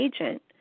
agent